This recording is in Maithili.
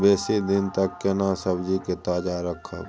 बेसी दिन तक केना सब्जी के ताजा रखब?